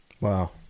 wow